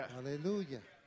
Hallelujah